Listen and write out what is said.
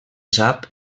sap